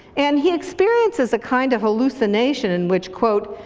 and he experiences a kind of hallucination in which quote,